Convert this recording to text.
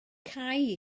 cau